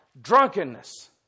drunkenness